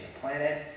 planet